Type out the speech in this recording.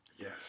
Yes